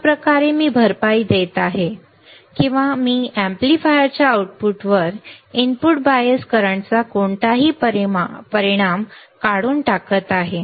अशा प्रकारे मी भरपाई देत आहे किंवा मी एम्पलीफायरच्या आउटपुटवर इनपुट बायस करंटचा कोणताही परिणाम काढून टाकत आहे